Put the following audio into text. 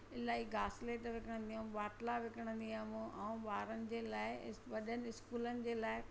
इलाही घासलेट विकिणंदी हुअमि बाटला विकिणंदी हुअमि ऐं ॿारनि जे लाइ इन वॾनि स्कुलनि जे लाइ